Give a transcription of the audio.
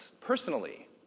personally